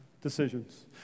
decisions